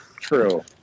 True